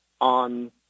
on